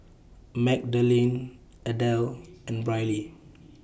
Magdalene Adelle and Brylee